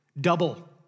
Double